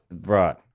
Right